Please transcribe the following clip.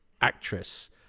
actress